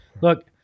Look